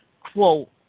quote